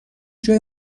جای